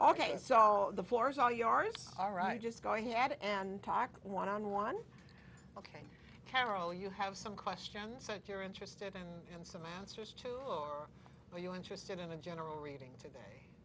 ok so the floor is all yours all right just go ahead and talk one on one carol you have some questions that you're interested in and some answers to the or are you interested in a general reading to